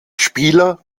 spieler